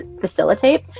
facilitate